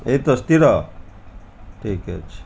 ଏଇ ତ ସ୍ଥିର ଠିକ୍ ଅଛି